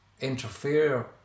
interfere